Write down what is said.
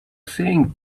saying